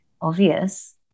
obvious